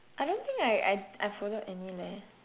I don't think I I I followed any leh